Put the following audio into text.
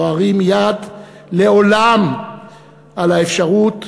לא ארים יד לעולם על האפשרות שירושלים,